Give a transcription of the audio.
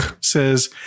says